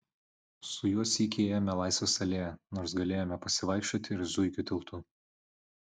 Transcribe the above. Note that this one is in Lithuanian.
su juo sykį ėjome laisvės alėja nors galėjome pasivaikščioti ir zuikių tiltu